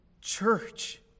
church